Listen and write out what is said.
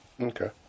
Okay